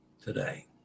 today